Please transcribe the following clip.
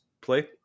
play